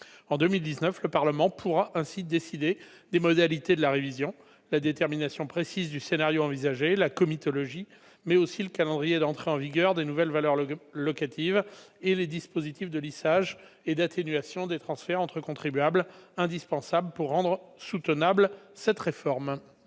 En 2019, le Parlement pourra ainsi décider des modalités de la révision : la détermination précise du scénario envisagé, la comitologie, mais aussi le calendrier d'entrée en vigueur des nouvelles valeurs locatives et les dispositifs de lissage et d'atténuation des transferts entre contribuables, indispensables pour rendre soutenable cette réforme.